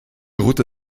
route